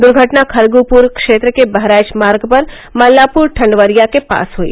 दुर्घटना खरगुप्र क्षेत्र के बहराइच मार्ग पर मल्लापुर ठंडवरिया के पास हुई